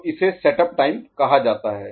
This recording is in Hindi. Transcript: तो इसे सेटअप टाइम कहा जाता है